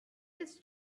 his